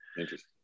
Interesting